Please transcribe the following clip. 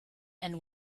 and